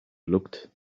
looked